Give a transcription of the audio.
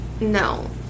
no